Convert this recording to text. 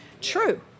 true